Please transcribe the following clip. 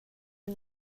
you